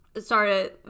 started